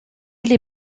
les